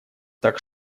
так